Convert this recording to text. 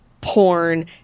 porn